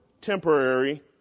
temporary